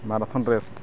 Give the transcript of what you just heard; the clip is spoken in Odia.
marathon race